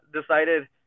decided